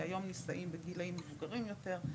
כי היום נישאים בגילאים מבוגרים יותר,